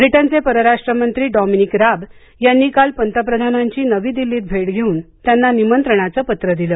ब्रिटनचे परराष्ट्र मंत्री डॉमनिक राब यांनी काल पंतप्रधानांची नवी दिल्लीत भेट घेउन त्यांना निमंत्रणाचं पत्र दिलं